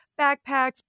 Backpacks